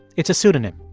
it's a pseudonym.